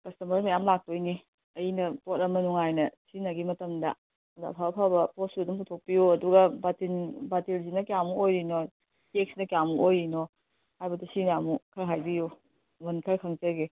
customer ꯃꯌꯥꯝ ꯂꯥꯛꯇꯣꯏꯅꯦ ꯑꯩꯅ ꯄꯣꯠ ꯑꯃ ꯅꯨꯡꯉꯥꯏꯅ ꯁꯤꯖꯤꯟꯅꯒꯤ ꯃꯇꯝꯗ ꯑꯐ ꯑꯐꯕ ꯄꯣꯠꯁꯨ ꯑꯗꯨꯝ ꯄꯨꯊꯣꯛꯄꯤꯎ ꯑꯗꯨꯒ ꯕꯥꯇꯤꯟꯁꯤꯅ ꯀꯌꯥꯃꯨꯛ ꯑꯣꯏꯔꯤꯅꯣ ꯇꯦꯛꯁꯤꯅ ꯀꯌꯥꯃꯨꯛ ꯑꯣꯏꯔꯤꯅꯣ ꯍꯥꯏꯕꯗꯣ ꯁꯤꯅ ꯑꯃꯨꯛ ꯈꯔ ꯍꯥꯏꯕꯤꯌꯣ ꯃꯃꯟ ꯈꯔ ꯈꯪꯖꯒꯦ